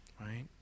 right